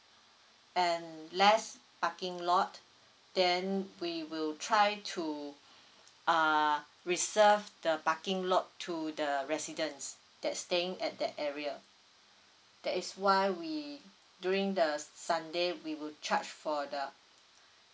and less parking lot then we will try to uh reserve the parking lot to the residents that staying at that area that is why we during the sunday we would charge for the